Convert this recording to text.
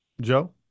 Joe